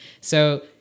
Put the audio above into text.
So-